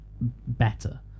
better